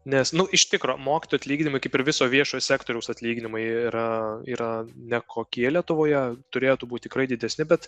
nes nu iš tikro mokytojų atlyginimai kaip ir viso viešojo sektoriaus atlyginimai yra yra ne kokie lietuvoje turėtų būt tikrai didesni bet